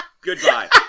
Goodbye